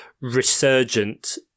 resurgent